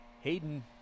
Hayden